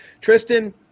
Tristan